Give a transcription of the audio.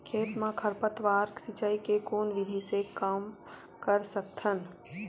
खेत म खरपतवार सिंचाई के कोन विधि से कम कर सकथन?